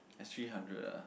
there's three hundred lah